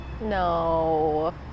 No